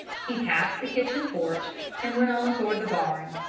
he passed the kitchen porch and went on toward the barn.